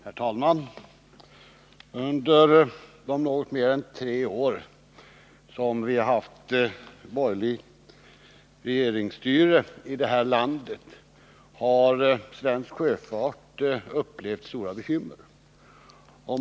Herr talman! Under de något mer än tre år som vi har haft borgerligt regeringsstyre i det här landet har svensk sjöfart upplevt stora bekymmer.